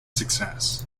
success